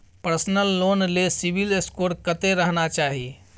Personal loan ले CIBIL score कत्ते रहना चाही?